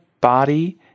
body